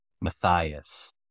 Matthias